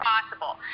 possible